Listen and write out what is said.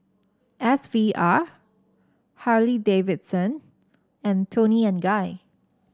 S V R Harley Davidson and Toni and Guy